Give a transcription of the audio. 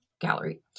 gallery